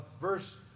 Verse